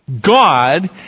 God